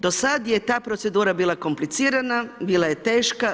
Do sad je ta procedura bila komplicirana, bila je teška.